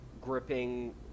gripping